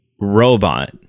robot